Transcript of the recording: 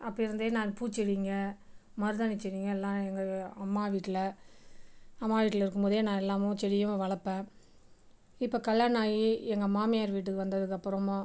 அப்பலிருந்தே நான் பூச்செடிகள் மருதாணி செடிகள் எல்லாம் எங்கள் அம்மா வீட்டில் அம்மா வீட்டில் இருக்கும்போதே நான் எல்லாமும் செடியும் வளர்ப்பேன் இப்போ கல்யாணம் ஆகி எங்கள் மாமியார் வீட்டுக்கு வந்ததுக்கப்பறோமாே